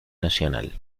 nacional